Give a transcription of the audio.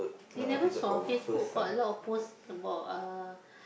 you never saw Facebook got a lot post about uh